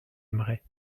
aimerait